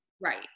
Right